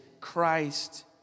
Christ